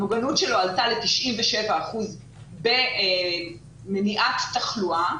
המוגנות שלו עלתה ל-97 אחוזים במניעת תחלואה,